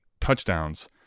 touchdowns